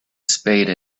spade